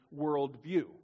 worldview